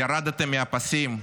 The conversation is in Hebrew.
ירדתם מהפסים?